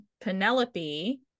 Penelope